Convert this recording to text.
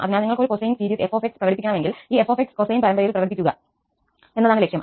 അതിനാൽ നിങ്ങൾക്ക് ഒരു കൊസൈൻ സീരീസ് 𝑓𝑥 പ്രകടിപ്പിക്കണമെങ്കിൽ ഈ 𝑓𝑥 കോസൈൻ പരമ്പരയിൽ പ്രകടിപ്പിക്കുക എന്നതാണ് ലക്ഷ്യം